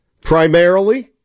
Primarily